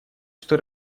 что